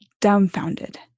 dumbfounded